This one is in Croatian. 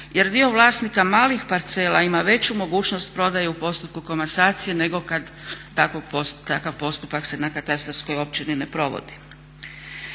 jer dio vlasnika malih parcela ima veću mogućnost prodaje u postupku komasacije nego kada takav postupak se na katastarskoj općini ne provodi.